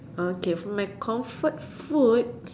okay for my comfort food